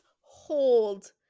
hold